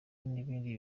n’ibindi